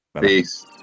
Peace